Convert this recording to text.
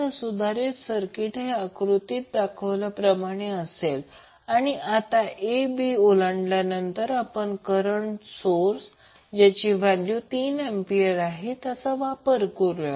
तर सुधारित सर्किट हे आकृतीत दाखवल्याप्रमाणे असेल आणि आता a b ओलांडल्यानंतर आपण करंट सोर्स ज्याची व्हॅल्यू 3 एंपियर आहे त्याचा वापर करूया